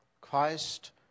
Christ